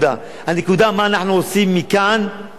הנקודה: מה אנחנו עושים מכאן, ומחר.